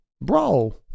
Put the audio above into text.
Bro